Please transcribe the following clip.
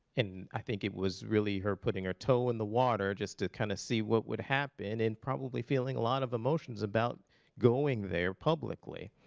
i think it was really her putting her toe in the water just to kind of see what would happen. and probably feeling a lot of emotions about going there publicly.